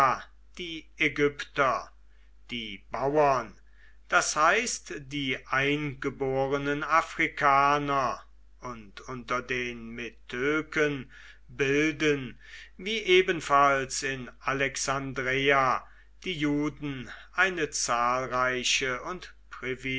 die ägypter die bauern das heißt die eingeborenen afrikaner und unter den metöken bilden wie ebenfalls in alexandreia die juden eine zahlreiche und